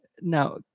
Now